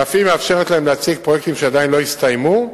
ואף מאפשרת להם להציג פרויקטים שעדיין לא הסתיימו,